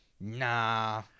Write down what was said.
nah